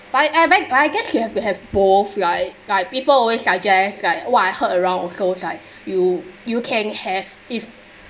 bu~ but I guess you have have both right like people always suggests like !wah! I heard around also like you you can have if